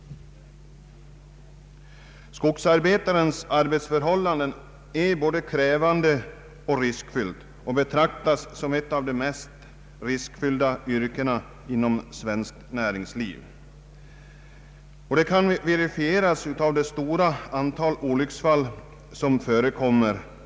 Skogsarbetarens arbete är både krävande och riskfyllt. Det betraktas som ett av de mest riskfyllda yrkena inom svenskt näringsliv. Detta kan verifieras genom det stora antal olycksfall som årligen förekommer.